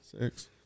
Six